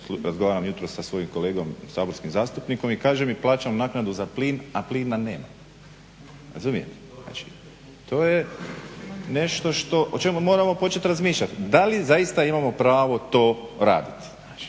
razgovaram jutros sa svojim kolegom, saborskim zastupnikom i kaže mi plaćam naknadu za plin a plina nemam. Razumijete? To je nešto što o čemu moramo početi razmišljati da li zaista imamo pravo to raditi,